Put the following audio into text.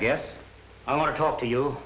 guess i want to talk to you